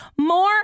more